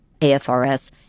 AFRS